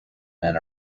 men